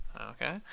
Okay